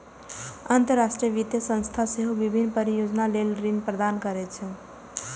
अंतरराष्ट्रीय वित्तीय संस्थान सेहो विभिन्न परियोजना लेल ऋण प्रदान करै छै